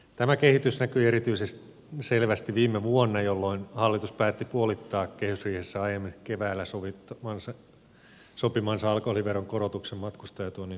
tämä kehitys näkyi erityisen selvästi viime vuonna jolloin hallitus päätti puolittaa kehysriihessä aiemmin keväällä sopimansa alkoholiveron korotuksen matkustajatuonnin hillitsemiseksi